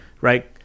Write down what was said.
right